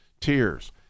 tears